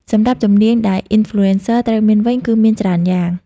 សម្រាប់ជំនាញដែល Influencer ត្រូវមានវិញគឺមានច្រើនយ៉ាង។